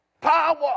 Power